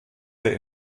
der